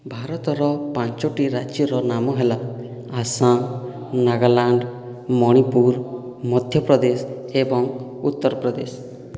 ଭାରତର ପାଞ୍ଚୋଟି ରାଜ୍ୟର ନାମ ହେଲା ଆସାମ ନାଗାଲାଣ୍ଡ ମଣିପୁର ମଧ୍ୟପ୍ରଦେଶ ଏବଂ ଉତ୍ତରପ୍ରଦେଶ